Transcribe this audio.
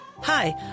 Hi